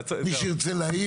אני רוצה להגיע